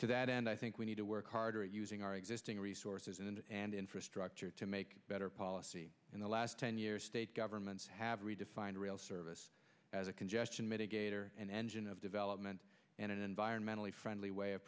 to that end i think we need to work harder at using our existing resources in india and infrastructure to make better policy in the last ten years state governments have redefined rail service as a congestion mitigator an engine of development and an environmentally friendly way of